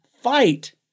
fight